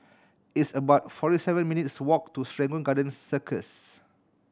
it's about forty seven minutes' walk to Serangoon Garden Circus